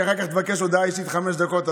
כי אחר כך תבקש הודעה אישית חמש דקות.